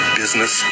business